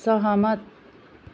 सहमत